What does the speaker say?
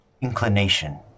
inclination